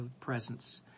presence